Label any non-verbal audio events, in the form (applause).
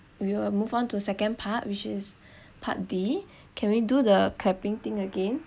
we will move on to second part which is (breath) part d (breath) can we do the clapping thing again